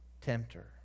tempter